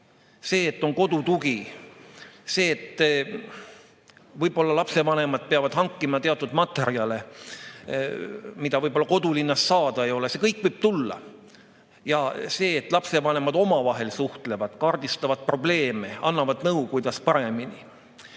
see, et on kodu tugi, see, et võib-olla lapsevanemad peavad hankima teatud materjale, mida kodulinnas saada ei ole – see kõik võib tulla. Ja see, et lapsevanemad omavahel suhtlevad, kaardistavad probleeme, annavad nõu, kuidas saaks paremini.